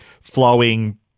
flowing